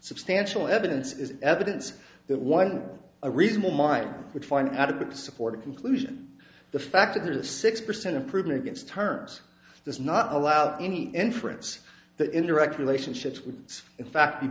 substantial evidence is evidence that while a reasonable mind would find adequate to support a conclusion the fact that there is a six percent improvement against turns this not allowed any inference that indirect relationships with in fact be